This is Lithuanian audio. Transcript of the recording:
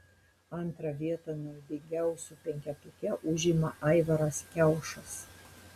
antrą vietą naudingiausių penketuke užima aivaras kiaušas